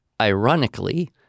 ironically